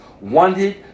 wanted